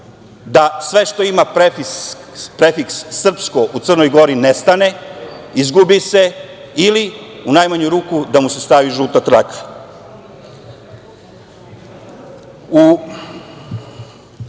da sve što ima prefiks srpsko u Crnoj Gori nestane, izgubi se ili u najmanju ruku da mu se stavi žuta traka. Što